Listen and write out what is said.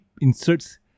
inserts